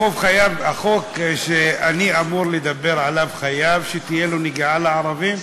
החוק שאני אמור לדבר עליו חייב שתהיה לו נגיעה לערבים,